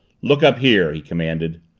look up here! he commanded.